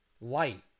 light